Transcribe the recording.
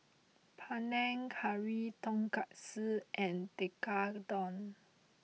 Panang Curry Tonkatsu and Tekkadon